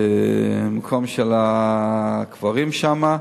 במקום של הקברים שם,